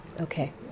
Okay